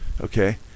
Okay